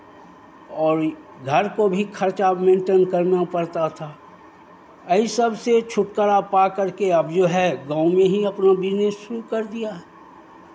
और ये घर को भी खर्चा मेन्टेन करना पड़ता था एही सबसे छुटकारा पाकर के अब जो है गाँव में ही अपना बिज़नेस शुरू कर दिया है